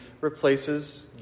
replaces